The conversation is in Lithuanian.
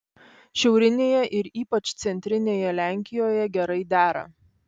šiaurinėje ir ypač centrinėje lenkijoje gerai dera